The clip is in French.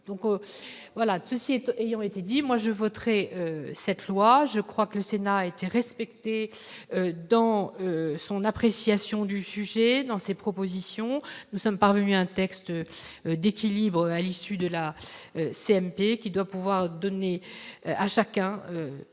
donc voilà, ceci étant ayant été dit moi je voterai cette loi, je crois que le Sénat a été respectée dans son appréciation du sujet dans ses propositions, nous sommes parvenus à un texte d'équilibre à l'issu de la CMP, qui doit pouvoir donner à chacun